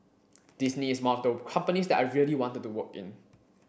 Disney is one of the companies that I really wanted to work in